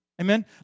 Amen